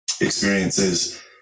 experiences